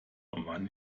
wann